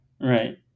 Right